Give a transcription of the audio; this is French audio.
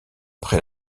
près